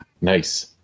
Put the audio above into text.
Nice